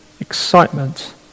excitement